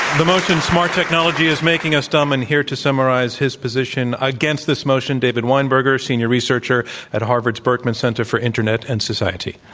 the motion, smart technology is making us dumb. and here to summarize his position against this motion, david weinberger, senior researcher at harvard's berkman center for internet and society.